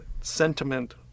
sentiment